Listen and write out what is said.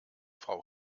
frau